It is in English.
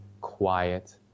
quiet